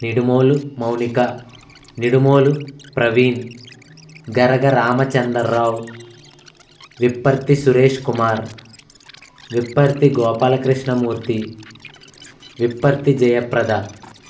Nidumolu Mounika Nidumolu Praveen Garaga Ramachandra Rao Vipparthi Suresh Kumar Vipparthi Gopala Krishna Murthy Vipparthi Jayaprada